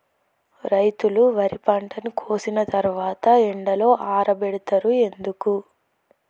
రైతులు వరి పంటను కోసిన తర్వాత ఎండలో ఆరబెడుతరు ఎందుకు?